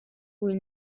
will